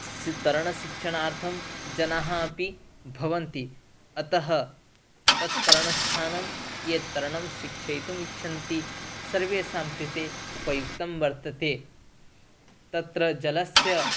स्सि तरणशिक्षणार्थं जनाः अपि भवन्ति अतः तत् तरणस्थानं ये तरणं शिक्षितुम् इच्छन्ति सर्वेषां कृते उपयुक्तं वर्तते तत्र जलस्य